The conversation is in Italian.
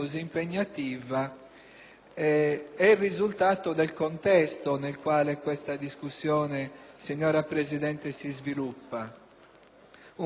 è il risultato del contesto in cui questa discussione, signora Presidente, si sviluppa,